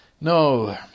No